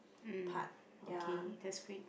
um okay that's great